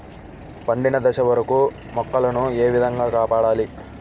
పండిన దశ వరకు మొక్కల ను ఏ విధంగా కాపాడాలి?